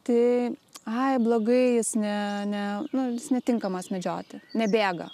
tai ai blogai jis ne ne nu jis netinkamas medžioti nebėga